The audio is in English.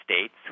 States